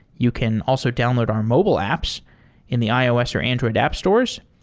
you can also download our mobile apps in the ios or android app stores.